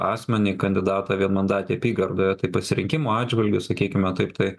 asmenį kandidatą vienmandatėj apygardoje tai pasirinkimo atžvilgiu sakykime taip tai